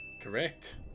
Correct